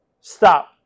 stop